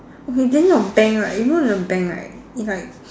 okay then your bank right you know the bank right it's like